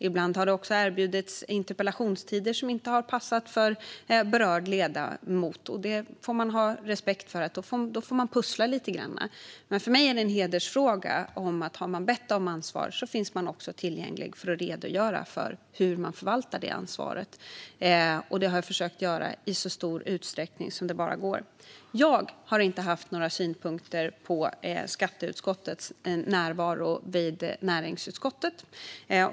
Ibland har det också erbjudits tider för interpellationsdebatter som inte har passat för berörd ledamot. Det får man ha respekt för, och då får man pussla lite grann. För mig är det dock en hedersfråga: Har man bett om ansvar finns man också tillgänglig för att redogöra för hur man förvaltar det ansvaret. Det har jag försökt göra i så stor utsträckning som det bara gått. Jag har inte haft några synpunkter på skatteutskottets närvaro vid näringsutskottet.